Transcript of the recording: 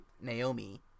Naomi